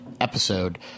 episode